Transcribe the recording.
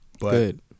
Good